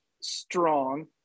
strong